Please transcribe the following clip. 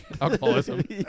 alcoholism